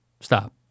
stop